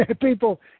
People